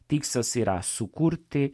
tikslas yra sukurti